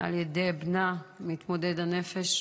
על ידי בנה, מתמודד נפש,